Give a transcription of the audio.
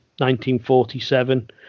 1947